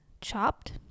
chopped